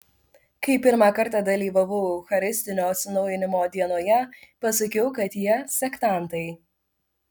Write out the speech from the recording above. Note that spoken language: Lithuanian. kai pirmą kartą dalyvavau eucharistinio atsinaujinimo dienoje pasakiau kad jie sektantai